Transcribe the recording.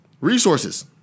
resources